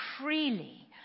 Freely